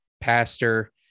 pastor